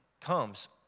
comes